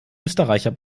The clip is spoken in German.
österreicher